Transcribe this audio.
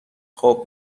خواب